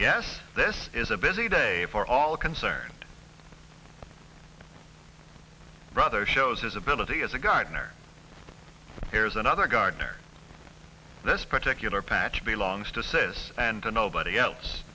yes this is a busy day for all concerned brother shows his ability as a gardener here is another gardener this particular patch belongs to sis and to nobody else